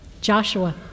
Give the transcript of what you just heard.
joshua